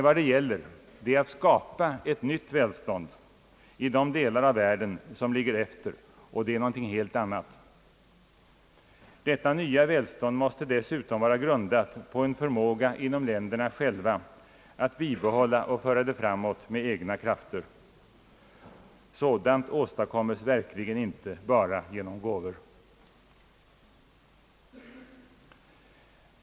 Vad det gäller är att skapa ett nytt välstånd i de delar av världen som ligger efter, och det är någonting helt annat. Detta nya välstånd måste dessutom vara grundat på en förmåga inom länderna själva att bibehålla och föra det framåt med egna krafter. Sådant åstadkommes verkligen inte bara genom gåvor.